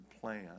plan